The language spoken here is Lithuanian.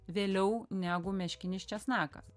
vėliau negu meškinis česnakas